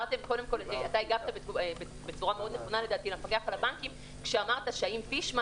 אתה הגבת בצורה מאוד נכונה לדעתי למפקח על הבנקים כשאמרת האם פישמן